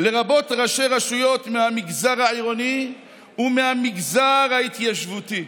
לרבות ראשי רשויות מהמגזר העירוני ומהמגזר ההתיישבותי.